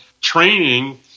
training